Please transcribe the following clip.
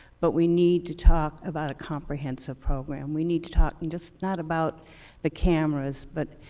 but we need to talk about a comprehensive program. we need to talk just not about the cameras but